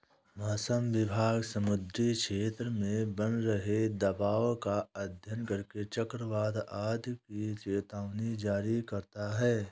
मौसम विभाग समुद्री क्षेत्र में बन रहे दबाव का अध्ययन करके चक्रवात आदि की चेतावनी जारी करता है